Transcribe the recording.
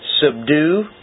subdue